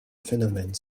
phénomène